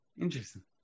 Interesting